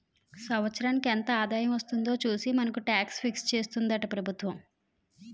సంవత్సరానికి ఎంత ఆదాయం ఎంత వస్తుందో చూసి మనకు టాక్స్ ఫిక్స్ చేస్తుందట ప్రభుత్వం